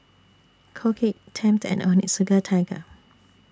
Colgate Tempt and Onitsuka Tiger